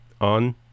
On